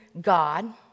god